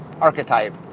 archetype